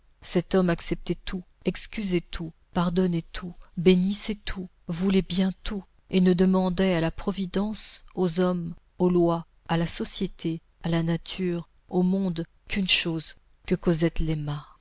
cet homme acceptait tout excusait tout pardonnait tout bénissait tout voulait bien tout et ne demandait à la providence aux hommes aux lois à la société à la nature au monde qu'une chose que cosette